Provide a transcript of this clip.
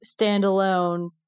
standalone